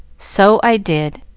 so i did,